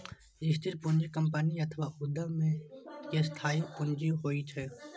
स्थिर पूंजी कंपनी अथवा उद्यम के स्थायी पूंजी होइ छै